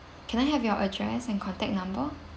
can I have your address and contact number